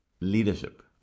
leadership